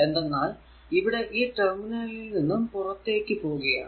എന്തെന്നാൽ ഇവിടെ ഈ ടെർമിനൽ നിന്നും പുറത്തേക്കു പോകുകയാണ്